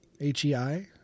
H-E-I